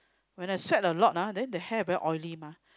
when I sweat a lot ah then the hair very oily mah